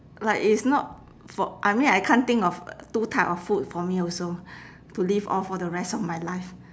like it's not for I mean I can't think of two type of food for me also to live off for the rest of my life